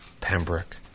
Pembroke